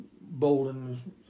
bowling